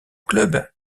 club